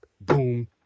boom